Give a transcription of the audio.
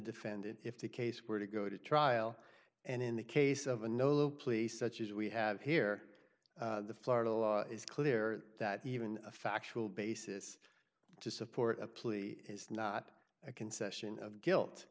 defendant if the case were to go to trial and in the case of a nolo plea such as we have here the florida law is clear that even a factual basis to support a plea is not a concession of guilt